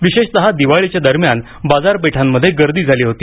विशेषत दिवाळीच्या दरम्यान बाजारपेठामध्ये गर्दी झाली होती